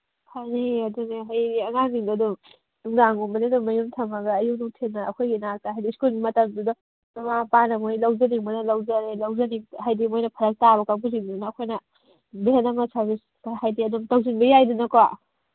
ꯐꯅꯤꯌꯦ ꯑꯗꯨꯅꯦ ꯍꯌꯦꯡ ꯑꯉꯥꯡꯁꯤꯡꯗꯣ ꯑꯗꯨꯝ ꯅꯨꯡꯗꯥꯡꯒꯨꯝꯕꯗ ꯑꯗꯨꯝ ꯃꯌꯨꯝ ꯊꯝꯃꯒ ꯑꯌꯨꯛ ꯅꯨꯡꯊꯤꯟꯅ ꯑꯩꯈꯣꯏꯒꯤ ꯏꯅꯥꯛꯇ ꯍꯥꯏꯗꯤ ꯁ꯭ꯀꯨꯜ ꯃꯇꯝꯗꯨꯗ ꯃꯃꯥ ꯃꯄꯥꯅ ꯃꯣꯏ ꯂꯧꯖꯅꯤꯡꯕꯅ ꯂꯧꯖꯔꯦ ꯍꯥꯏꯗꯤ ꯃꯣꯏꯅ ꯐꯔꯛ ꯇꯥꯕ ꯀꯥꯡꯕꯨꯁꯤꯡꯗꯨꯅ ꯑꯩꯈꯣꯏꯅ ꯚꯦꯟ ꯑꯃ ꯁꯔꯚꯤꯁ ꯍꯥꯏꯗꯤ ꯇꯧꯁꯤꯟꯕ ꯌꯥꯏꯗꯅꯀꯣ